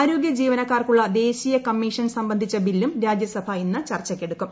ആരോഗ്യ ജീവനക്കാർക്കുള്ള ദേശീയ കമ്മീഷൻ സംബന്ധിച്ച ബില്ലും രാജ്യസഭ ഇന്ന് ചർച്ചയ്ക്ക് എടുക്കും